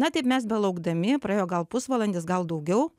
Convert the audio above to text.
na taip mes belaukdami praėjo gal pusvalandis gal daugiau